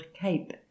cape